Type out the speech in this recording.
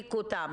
להחזיק אותם.